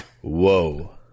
Whoa